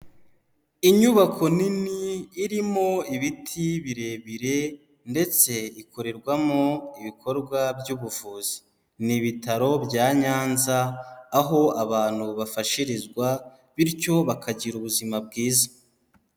Inyubako nini irimo ibiti birebire ndetse ikorerwamo ibikorwa by'ubuvuzi, ni Ibitaro bya Nyanza, aho abantu bafashirizwa bityo bakagira ubuzima bwiza.